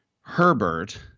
Herbert